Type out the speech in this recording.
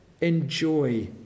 enjoy